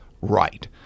right